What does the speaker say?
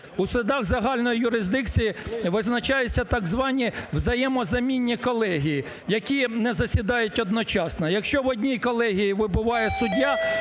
У судах загальної юрисдикції визначаються так звані взаємозамінні колегії, які не засідають одночасно. Якщо в одній колегії вбуває суддя,